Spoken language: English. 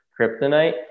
kryptonite